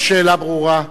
השאלה ברורה.